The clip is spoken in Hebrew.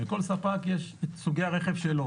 לכל ספק יש את סוגי הרכב שלו.